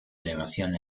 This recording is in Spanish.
elevación